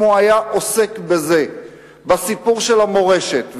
אם הוא היה עוסק בסיפור המורשת,